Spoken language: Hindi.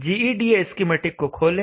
gEDA स्कीमेटिक को खोलें